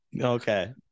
Okay